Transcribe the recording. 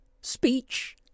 speech